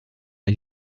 are